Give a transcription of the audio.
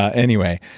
ah anyway.